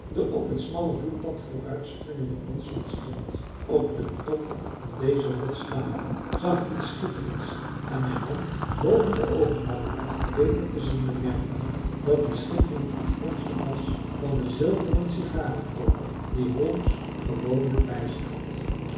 den op het smalle voetpad vooruitspringenden rotswand stond op den top van deze rots staande zag ik iets schitterends en mijn hand boven de oogen houdende om beter te zien bemerkte ik dat die schittering afkomstig was van den zilveren sigarenkoker dien holmes gewoonlijk bij zich had